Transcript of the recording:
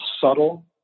subtle